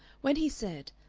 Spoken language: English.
when he said,